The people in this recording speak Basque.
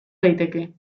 daiteke